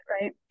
right